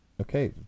Okay